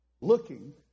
looking